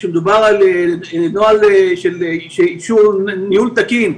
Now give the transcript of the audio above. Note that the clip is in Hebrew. כשמדובר על נוהל של אישור ניהול תקין,